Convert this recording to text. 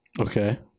Okay